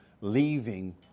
leaving